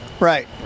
Right